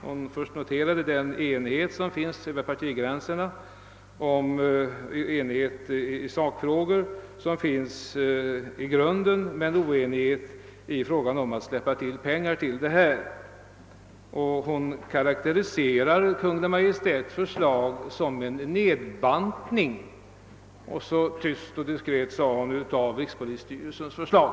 Hon noterade först den enighet över partigränserna som föreligger i sakfrågor och kom sedan in på oenigheten när det gäller att släppa till pengar. Hon karakteriserade Kungl. Maj:ts förslag som »en nedbantning» och tillade sedan tyst och diskret »av rikspolisstyrelsens förslag».